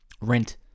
Rent